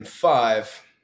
Five